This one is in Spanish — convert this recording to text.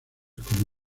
como